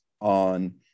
on